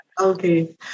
okay